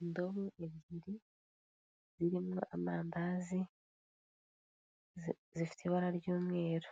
Indobo ebyiri zirimo amandazi, zifite ibara ry'umweru.